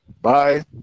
Bye